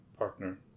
partner